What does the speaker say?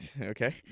Okay